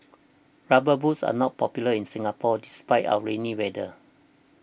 rubber boots are not popular in Singapore despite our rainy weather